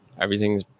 Everything's